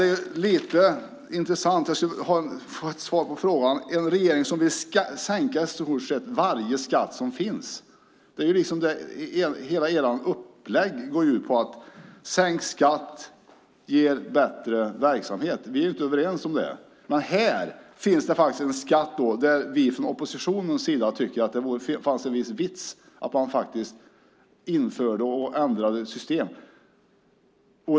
Jag skulle vilja få ett svar på en fråga. Regeringen vill ju sänka snart sagt varje skatt som finns - hela ert upplägg går ju ut på att sänkt skatt ger bättre verksamhet, något som vi inte håller med om - men här finns det en skatt där vi i oppositionen tycker att det skulle finnas en vits med att ändra systemet.